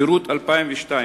ביירות 2002,